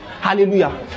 Hallelujah